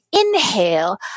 inhale